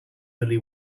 only